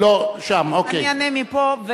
אני אענה מפה.